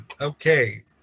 Okay